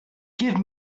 give